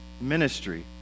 ministry